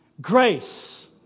Grace